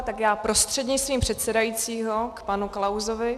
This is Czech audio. Tak já prostřednictvím předsedajícího k panu Klausovi.